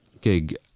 gig